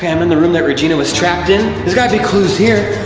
i'm in the room that regina was trapped in. there's gotta be clues here.